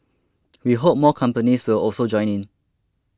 we hope more companies will also join in